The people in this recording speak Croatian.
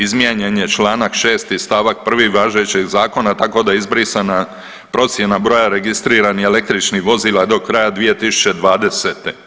Izmijenjen je članak 6. stavak 1. važećeg zakona, tako da je izbrisana procjena broja registriranih električnih vozila do kraja 2020.